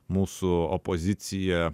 mūsų opozicija